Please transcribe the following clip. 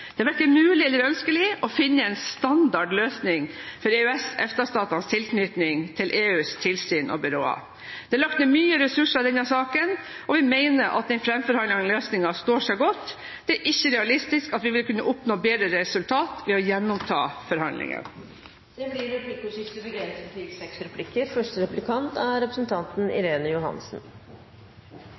er verken mulig eller ønskelig å finne en «standard» løsning for EØS/EFTA-statenes tilknytning til EUs tilsyn og byråer. Det er lagt ned mye ressurser i denne saken, og vi mener den framforhandlede løsningen står seg godt. Det er ikke realistisk at vi vil kunne oppnå bedre resultat ved å gjenoppta forhandlingene. Det blir replikkordskifte. Kan europaministeren klargjøre hvilke eventuelle konsekvenser det ville hatt om EØS-landene ikke hadde kommet fram til